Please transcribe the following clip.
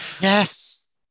Yes